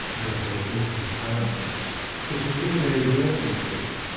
and therefore there's no comparator which is really very rare these days.